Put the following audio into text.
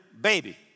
baby